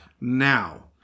Now